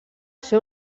ser